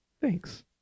Thanks